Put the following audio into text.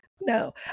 no